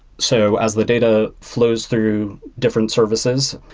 so as the data flows through different services,